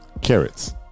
Carrots